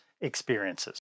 experiences